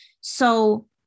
So-